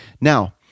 Now